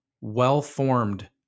well-formed